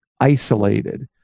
isolated